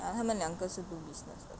ah 她们两个是读 business 的